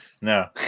No